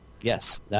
Yes